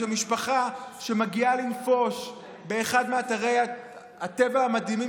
שמשפחה שמגיעה לנפוש באחד מאתרי הטבע המדהימים